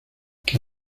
que